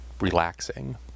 relaxing